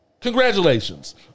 congratulations